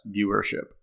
viewership